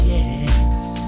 Yes